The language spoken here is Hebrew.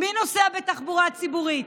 מי נוסע בתחבורה ציבורית?